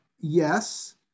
yes